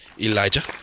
Elijah